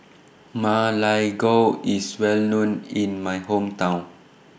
Ma Lai Gao IS Well known in My Hometown